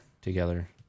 together